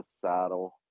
saddle